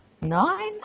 nine